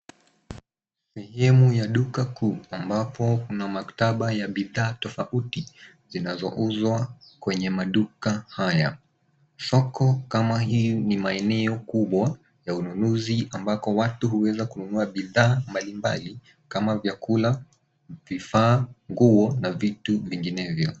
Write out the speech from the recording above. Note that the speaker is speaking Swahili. Sehemu ya duka kuu ambapo kuna maktaba ya bidhaa tofauti zinazouzwa kwenye maduka haya. Soko kama hii ni maeneo kubwa ya ununuzi ambako watu huweza kununua bidhaa mbalimbali kama vyakula, vifaa, nguo na vitu vinginevyo.